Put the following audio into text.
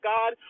God